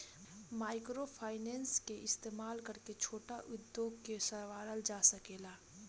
microfinance के इस्तमाल करके छोट उद्योग के सवारल जा सकेला